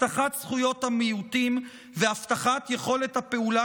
הבטחת זכויות המיעוטים והבטחת יכולת הפעולה